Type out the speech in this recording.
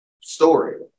story